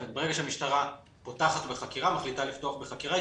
הרגע שהמשטרה מחליטה לפתוח בחקירה,